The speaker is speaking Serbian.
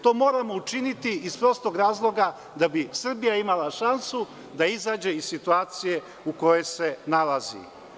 To moramo učiniti iz prostog razloga da bi Srbija imala šansu da izađe iz situacije u kojoj se nalazi.